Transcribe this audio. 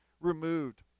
removed